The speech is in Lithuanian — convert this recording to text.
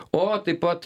o taip pat